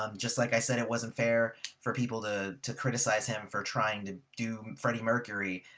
um just like i said it wasn't fair for people to to criticize him for trying to do freddie mercury.